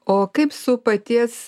o kaip su paties